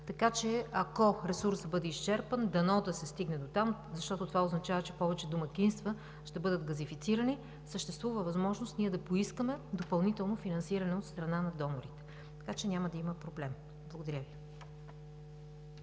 ресурса. Ако ресурсът бъде изчерпан – дано да се стигне до там, защото това означава, че повече домакинства ще бъдат газифицирани, съществува възможност ние да поискаме допълнително финансиране от страна на донорите. Така че няма да има проблем. Благодаря Ви.